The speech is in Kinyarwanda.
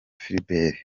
philbert